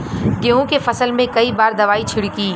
गेहूँ के फसल मे कई बार दवाई छिड़की?